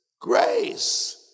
grace